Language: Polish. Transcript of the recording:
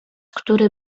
który